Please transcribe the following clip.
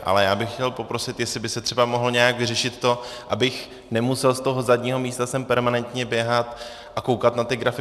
Ale já bych chtěl poprosit, jestli by se třeba mohlo nějak vyřešit to, abych nemusel z toho zadního místa sem permanentně běhat a koukat na ty grafy.